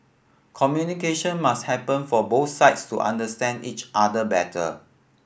communication must happen for both sides to understand each other better